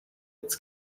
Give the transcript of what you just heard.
its